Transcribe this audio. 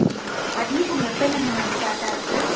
ம் அட்மிஷன் எப்போலேருந்து ma'am start ஆகிருக்கு